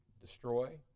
destroy